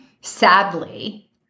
sadly